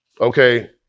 okay